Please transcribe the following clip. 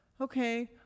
okay